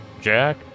Jack